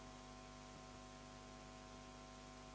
Hvala.